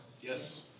Yes